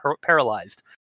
paralyzed